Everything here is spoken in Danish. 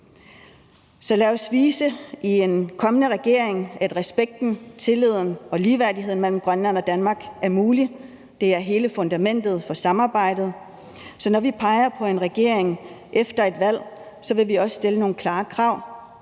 Så lad os vise i en kommende regering, at respekten, tilliden og ligeværdigheden mellem Grønland og Danmark er mulig. Det er hele fundamentet for samarbejdet. Så når vi peger på en regering efter et valg, vil vi også stille nogle klare krav.